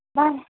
मा